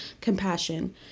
compassion